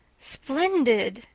splendid,